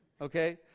Okay